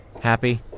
Happy